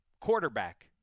quarterback